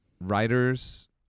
writers